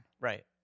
Right